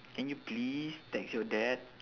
can you please text your dad